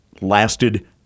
lasted